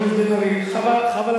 חבר הכנסת בן-ארי, חבל.